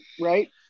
right